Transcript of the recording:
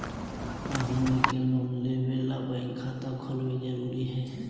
का हमनी के लोन लेबे ला बैंक खाता खोलबे जरुरी हई?